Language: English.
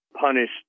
punished